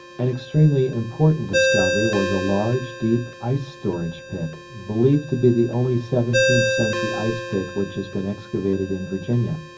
an extremely important discovery was a large, deep, ice-storage pit, believed to be the only seventeenth century ice pit which has been excavated in virginia.